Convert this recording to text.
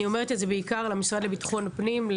אני אומרת את זה בעיקר למשרד לביטחון הפנים,